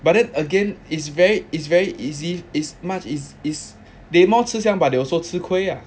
but then again it's very it's very easy it's much is is they more 吃香 but they also 吃亏 ah